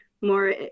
more